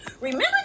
remember